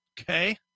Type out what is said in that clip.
Okay